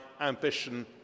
ambition